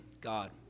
god